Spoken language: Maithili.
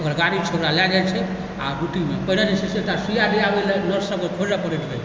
ओकर गाड़ी छै ओकरा लए जाइ छै आओर ड्यूटीमे पहिने जे छै से एकटा सुइया दियाबैए लए नर्स सबकेँ खोजै पड़ैत रहै